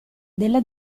della